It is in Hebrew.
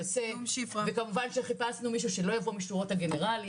היוצא וכמובן שחיפשנו מישהו שלא יבוא משורות הגנרלים